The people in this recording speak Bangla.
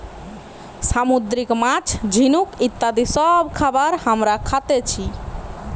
সামুদ্রিক মাছ, ঝিনুক ইত্যাদি সব খাবার হামরা খাতেছি